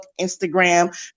Instagram